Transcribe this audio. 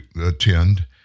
attend